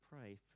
pray